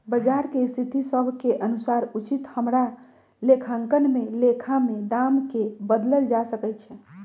बजार के स्थिति सभ के अनुसार उचित हमरा लेखांकन में लेखा में दाम् के बदलल जा सकइ छै